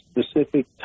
specific